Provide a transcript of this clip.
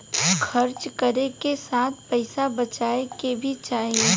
खर्च करे के साथ पइसा बचाए के भी चाही